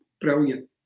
brilliant